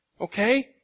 Okay